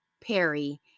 Perry